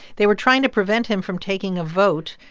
they were trying to prevent him from taking a vote.